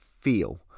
feel